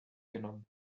genommen